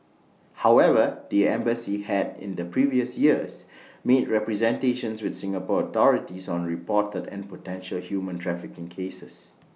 however the embassy had in the previous years made representations with Singapore authorities on reported and potential human trafficking cases